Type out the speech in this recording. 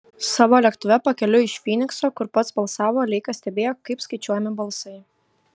savo lėktuve pakeliui iš fynikso kur pats balsavo leikas stebėjo kaip skaičiuojami balsai